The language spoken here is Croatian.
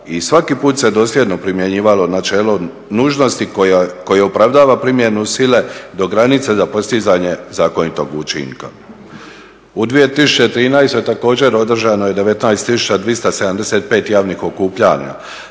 i svaki put se dosljedno primjenjivalo načelo nužnosti koje opravdava primjenu sile do granice za postizanje zakonitog učinka. U 2013. također održano je 19275 javnih okupljanja.